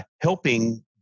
helping